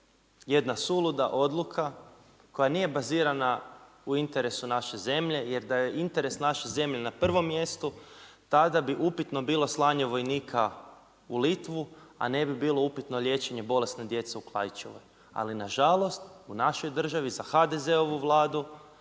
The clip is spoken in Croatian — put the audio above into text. jedna suluda odluka koja nije bazirana u interesu naše zemlje, jer da je interes naše zemlje na prvom mjestu tada bi upitno bilo slanje vojnika u Litvu, a ne bi bilo upitno liječenje bolene djece u Klaićevoj, ali nažalost u našoj državi za HDZ-ovu Vladu